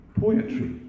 poetry